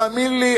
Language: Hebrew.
תאמין לי,